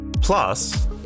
Plus